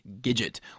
Gidget